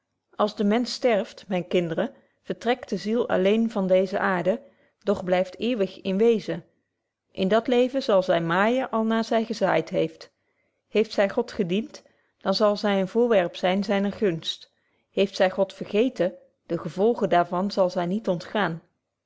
als de mensch sterft myne kinderen vertrekt de ziel alleen van deeze aarde doch blyft eeuwig in wezen in dat leven zal zy maaijen al naar zy gezaait heeft heeft zy god gedient dan zal zy een voorwerp zyn zyner gunst heeft zy god vergeten de gevolgen daar van zal zy niet ontgaan